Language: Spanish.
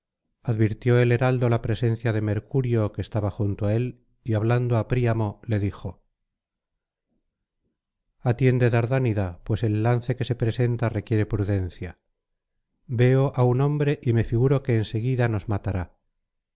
advirtió el heraldo la presencia de mercurio que estaba junto á él y hablando á príamo le dijo atiende dardánida pues el lance que se presenta requiere prudencia veo á un hombre y me figuro que en seguida nos matará